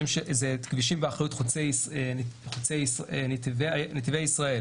אלה כבישים באחריות "נתיבי ישראל",